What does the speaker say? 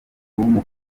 w’umupira